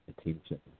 attention